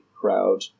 crowd